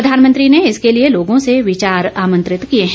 प्रधानमंत्री ने इसके लिए लोगों से विचार आमंत्रित किए हैं